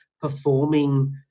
performing